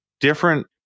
different